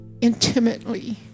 intimately